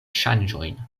ŝanĝojn